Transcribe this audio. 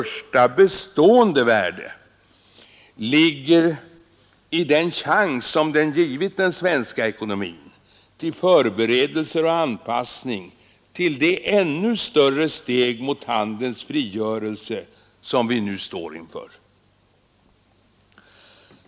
Frihande bestående värde ligger i den chans den givit den svenska ekonomin till förberedelse för och anpassning till det ännu större steg mot handelns år inför.